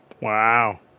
Wow